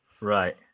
right